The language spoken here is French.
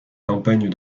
campagnes